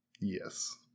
Yes